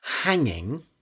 Hanging